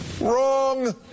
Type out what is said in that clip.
Wrong